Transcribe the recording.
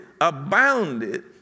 abounded